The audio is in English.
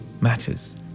matters